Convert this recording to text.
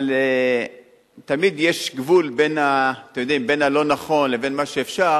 אבל תמיד יש גבול בין הלא-נכון לבין מה שאפשר.